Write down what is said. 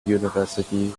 university